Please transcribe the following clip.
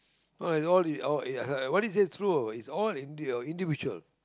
no it's all this what is that true is all ind~ individual